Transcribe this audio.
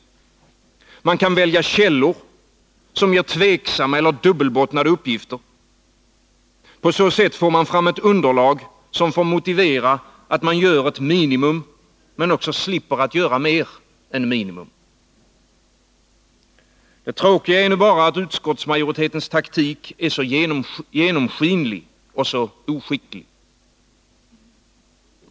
Man kan välja källor som ger tvivelaktiga eller dubbelbottnade uppgifter. På så sätt får man fram ett underlag som får motivera att man gör ett minimum, men också slipper göra mer än minimum. Det tråkiga är bara att utskottsmajoritetens taktik är så genomskinlig och så oskicklig.